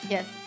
Yes